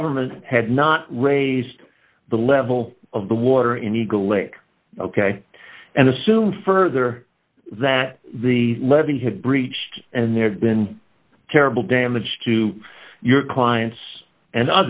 government had not raised the level of the water in eagle lake ok and assume further that the levee had breached and there has been terrible damage to your clients and